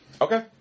Okay